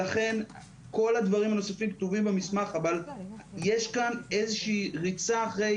כל הדברים הנוספים כתובים במסמך אבל יש כאן איזושהי ריצה אחרי